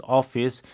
office